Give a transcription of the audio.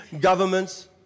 governments